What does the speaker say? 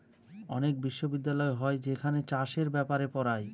অনেক বিশ্ববিদ্যালয় হয় যেখানে চাষের ব্যাপারে পড়ায়